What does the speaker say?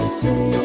say